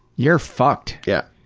you're fucked. yep!